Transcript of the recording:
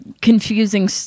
confusing